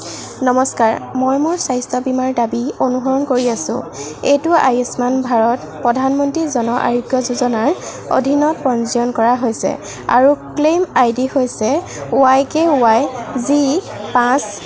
নমস্কাৰ মই মোৰ স্বাস্থ্য বীমাৰ দাবী অনুসৰণ কৰি আছো এইটো আয়ুষ্মান ভাৰত প্ৰধানমন্ত্ৰী জন আৰোগ্য যোজনাৰ অধীনত পঞ্জীয়ন কৰা হৈছে আৰু ক্লেইম আইডি হৈছে ৱাই কে ৱাই জি পাঁচ